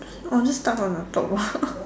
I'll just start from the top